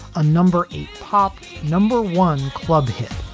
a number eight pop number one club hit